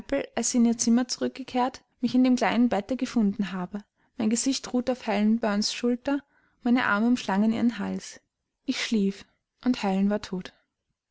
in ihr zimmer zurückgekehrt mich in dem kleinen bette gefunden habe mein gesicht ruhte auf helen burns schulter meine arme umschlangen ihren hals ich schlief und helen war tot